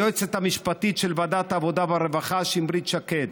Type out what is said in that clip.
היועצת המשפטית של ועדת העבודה והרווחה שמרית שקד,